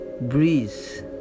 breeze